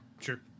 sure